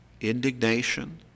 Indignation